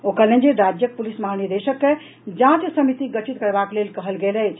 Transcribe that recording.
ओ कहलनि जे राज्यक पुलिस महानिदेशक के जांच समिति गठित करबाक लेल कहल गेल अछि